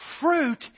fruit